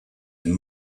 and